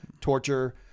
torture